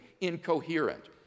incoherent